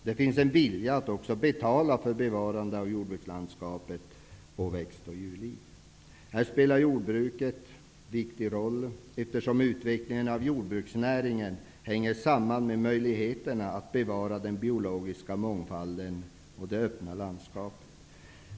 Det finns också en vilja att betala för bevarandet av jordbrukslandskapet samt växtoch djurliv. Här spelar jordbruket en viktig roll, eftersom jordbruksnäringens utveckling hänger samman med möjligheterna att bevara den biologiska mångfalden och det öppna landskapet.